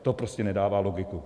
To prostě nedává logiku.